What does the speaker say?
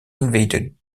invaded